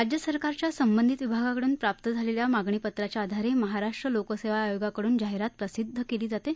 राज्य सरकारच्या संबंधित विभागाकडून प्राप्त झालेल्या मागणीपत्राच्या आधारे महाराष्ट्र लोकसेवा आयोगाकडून जाहिरात प्रसिद्ध केली जाते